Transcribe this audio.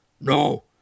No